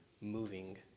moving